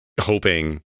hoping